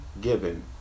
given